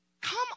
Come